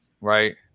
Right